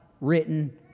written